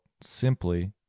simply